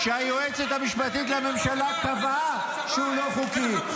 שהיועצת המשפטית לממשלה קבעה שהוא לא חוקי.